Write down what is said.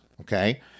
okay